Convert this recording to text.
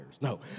No